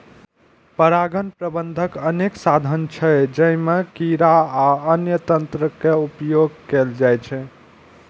परागण प्रबंधनक अनेक साधन छै, जइमे कीड़ा आ अन्य तंत्र के उपयोग कैल जाइ छै